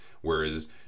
whereas